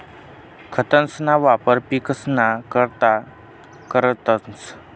खतंसना वापर पिकसना करता करतंस